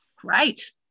Great